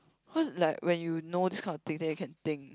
cause like when you know these kind of thing then you can think